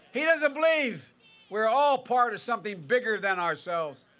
he doesn't believe we are all part of something bigger than ourselves.